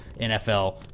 NFL